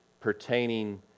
pertaining